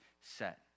set